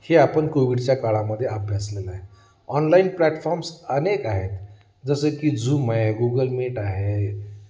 हे आपण कोविडच्या काळामध्ये अभ्यासलेलं आहे ऑनलाईन प्लॅटफॉर्म्स अनेक आहेत जसे की झूम आहे गुगल मीट आहे